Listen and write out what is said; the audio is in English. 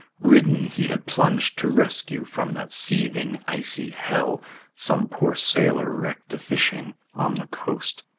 ridden, he had plunged to rescue from that seething icy hell some poor sailor wrecked a-fishing on the coast.